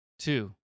Two